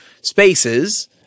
spaces